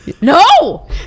No